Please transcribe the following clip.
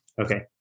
Okay